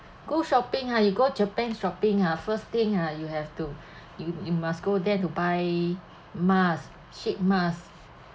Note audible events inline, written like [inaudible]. go shopping ah you go japan shopping ah first thing uh you have to [breath] you you must go there to buy mask sheet mask